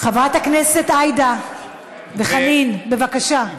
חברת הכנסת עאידה, וחנין, בבקשה.